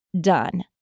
done